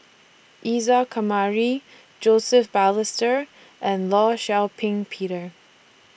Isa Kamari Joseph Balestier and law Shau Ping Peter